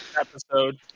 episode